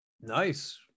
Nice